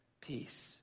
Peace